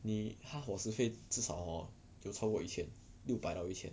你他伙食费至少 hor 就超过一千六百到一千